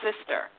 sister